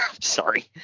Sorry